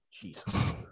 Jesus